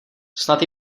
snad